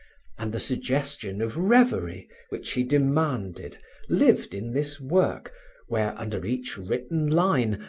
and the suggestion of revery which he demanded lived in this work where, under each written line,